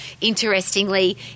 Interestingly